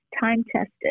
time-tested